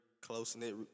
close-knit